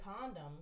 condom